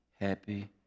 happy